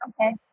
Okay